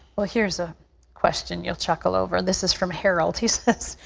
well, here is a question you'll chuckle over. this is from harold. he says,